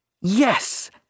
Yes